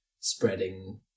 spreading